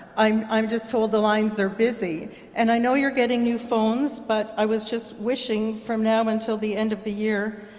i'm i'm just told the lines are busy and i know you're getting new phones, but i was just wishing from now until the end of the year,